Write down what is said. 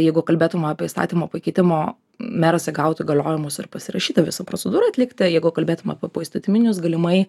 jeigu kalbėtume apie įstatymo pakeitimo meras įgautų įgaliojimus ir pasirašyti visą procedūrą atliktą jeigu kalbėtume apie poįstatyminius galimai